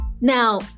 Now